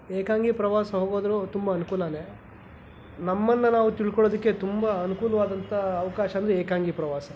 ಏಕಾಂಗಿ ಪ್ರವಾಸ ಹೋಗೋದು ತುಂಬ ಅನ್ಕೂಲನೇ ನಮ್ಮನ್ನು ನಾವು ತಿಳ್ಕೊಳೋದಕ್ಕೆ ತುಂಬ ಅನ್ಕೂಲವಾದಂಥ ಅವ್ಕಾಶ ಅಂದರೆ ಏಕಾಂಗಿ ಪ್ರವಾಸ